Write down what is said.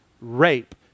rape